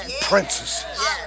princesses